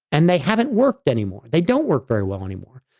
and they haven't worked anymore. they don't work very well anymore.